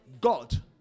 God